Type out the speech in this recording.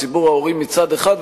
ציבור ההורים מצד אחד,